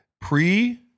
pre-